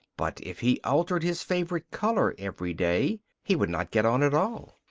but if he altered his favourite colour every day, he would not get on at all.